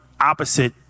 opposite